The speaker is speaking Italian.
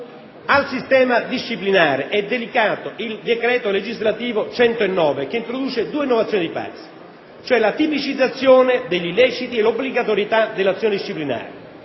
Al sistema disciplinare è dedicato il decreto legislativo n. 109 del 2006 che introduce due innovazioni di base, cioè la tipicizzazione degli illeciti e l'obbligatorietà dell'azione disciplinare: